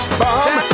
bomb